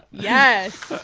yes.